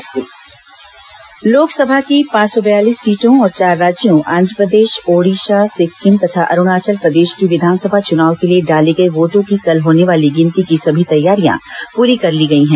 लोकसभा मतगणना लोकसभा की पांच सौ बयालीस सीटों और चार राज्यों आंध्र प्रदेश ओडीसा सिक्किम तथा अरूणाचल प्रदेश की विधानसभा चुनाव के लिए डाले गए वोटों की कल होने वाली गिनती की सभी तैयारियां पूरी कर ली गई है